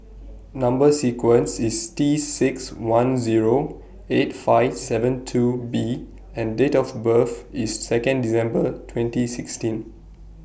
Number sequence IS T six one Zero eight five seven two B and Date of birth IS Second December twenty sixteen